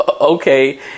okay